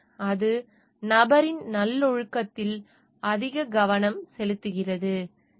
எனவே அது நபரின் நல்லொழுக்கத்தில் அதிக கவனம் செலுத்துகிறது